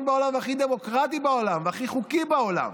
בעולם והכי דמוקרטי בעולם והכי חוקי בעולם,